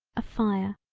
a fire.